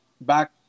back